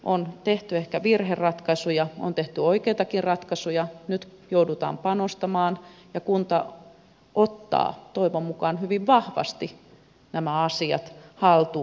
on tehty ehkä virheratkaisuja on tehty oikeitakin ratkaisuja nyt joudutaan panostamaan ja kunta ottaa toivon mukaan hyvin vahvasti nämä asiat haltuunsa